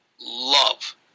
love